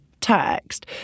text